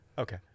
Okay